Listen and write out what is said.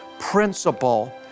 principle